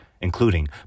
including